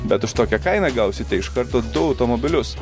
bet už tokią kainą gausite iš karto du automobilius